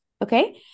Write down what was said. Okay